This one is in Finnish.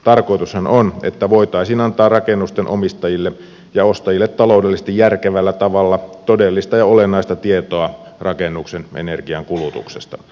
tarkoitushan on että voitaisiin antaa rakennusten omistajille ja ostajille taloudellisesti järkevällä tavalla todellista ja olennaista tietoa rakennuksen energiankulutuksesta